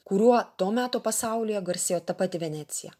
kuriuo to meto pasaulyje garsėjo ta pati venecija